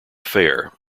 fair